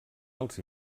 els